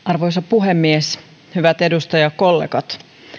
arvoisa puhemies hyvät edustajakollegat